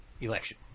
election